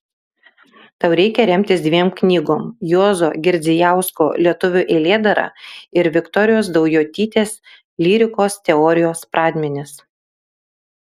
tau reikia remtis dviem knygom juozo girdzijausko lietuvių eilėdara ir viktorijos daujotytės lyrikos teorijos pradmenys